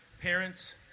parents